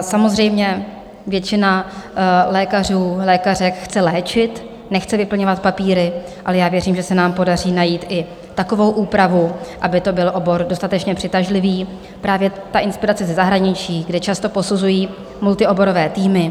Samozřejmě většina lékařů, lékařek chce léčit, nechce vyplňovat papíry, ale já věřím, že se nám podaří najít i takovou úpravu, aby to byl obor dostatečně přitažlivý právě inspirace ze zahraničí, kde často posuzují multioborové týmy.